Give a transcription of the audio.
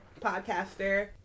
podcaster